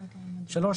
התשנ"ח-1998,